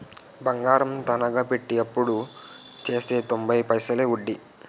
బంగారం తనకా పెట్టి అప్పుడు తెస్తే తొంబై పైసలే ఒడ్డీ